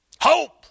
Hope